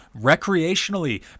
recreationally